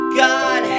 god